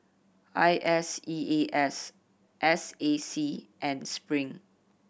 I S E A S S A C and Spring